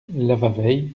lavaveix